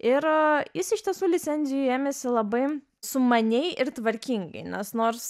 ir jis iš tiesų licenzijų ėmėsi labai sumaniai ir tvarkingai nes nors